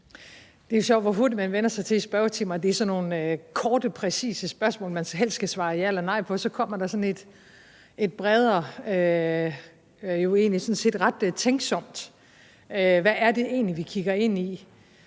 Det er sjovt, hvor hurtigt man vender sig til i spørgetimer, at det er sådan nogle korte, præcise spørgsmål, man helst skal svare ja eller nej til, og så kommer der sådan et bredere og egentlig sådan set ret tænksomt spørgsmål: Hvad er det egentlig, vi kigger ind i?